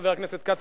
חבר הכנסת כץ,